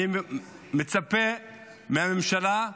אני מצפה מהממשלה,